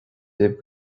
libh